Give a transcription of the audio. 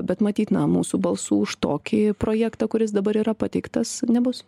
bet matyt na mūsų balsų už tokį projektą kuris dabar yra pateiktas nebus